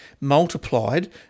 multiplied